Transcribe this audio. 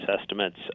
estimates